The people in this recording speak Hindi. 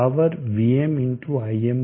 पावर Vm × Im2 है